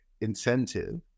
incentive